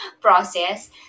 process